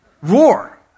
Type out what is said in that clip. roar